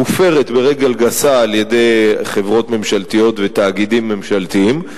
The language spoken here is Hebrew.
מופרת ברגל גסה על-ידי חברות ממשלתיות ותאגידים ממשלתיים,